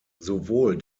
sowohl